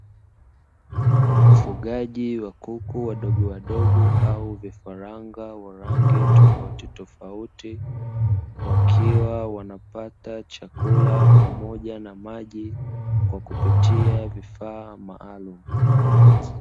Ufugaji wa kuku wadogowadogo au vifaranga wa rangi tofautitofauti wakiwa wanapata chakula pamoja na maji kwa kupitia vifaa maalumu.